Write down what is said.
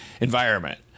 environment